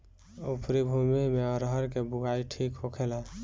उपरी भूमी में अरहर के बुआई ठीक होखेला?